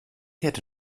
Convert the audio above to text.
hätte